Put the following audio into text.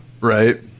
Right